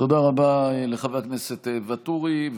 תודה רבה לחבר הכנסת ואטורי.